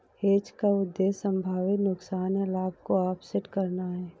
hedge का उद्देश्य संभावित नुकसान या लाभ को ऑफसेट करना है